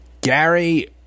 Gary